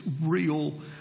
real